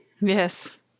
Yes